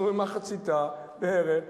אנחנו במחציתה בערך,